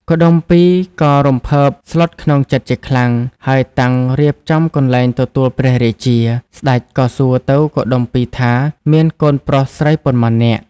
កុដុម្ពីក៍ក៏រំភើបស្លុតក្នុងចិត្ដជាខ្លាំង ហើយតាំងរៀបចំកន្លែងទទួលព្រះរាជា ស្ដេចក៏សួរទៅកុដុម្ពីក៍ថាមានកូនប្រុសស្រីប៉ុន្មាននាក់?។